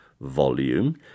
volume